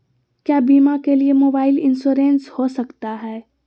क्या बीमा के लिए मोबाइल इंश्योरेंस हो सकता है?